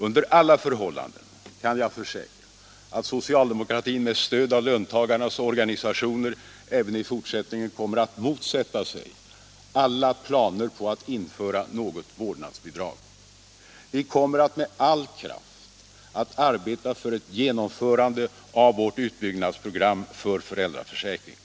Under alla förhållanden kan jag försäkra att socialdemokratin med stöd av löntagarnas organisationer även i fortsättningen kommer att motsätta sig alla planer på att införa något vårdnadsbidrag. Vi kommer med all kraft att arbeta för ett genomförande av vårt utbyggnadsprogram för föräl draförsäkringen.